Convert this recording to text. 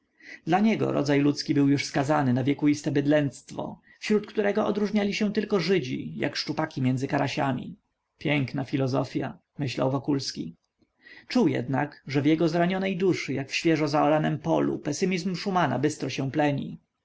dla niego ludzki rodzaj był już skazany na wiekuiste bydlęctwo wśród którego odróżniali się tylko żydzi jak szczupaki między karasiami piękna filozofia myślał wokulski czuł jednak że w jego zranionej duszy jak w świeżo zaoranem polu pesymizm szumana bystro się pleni